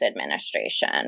administration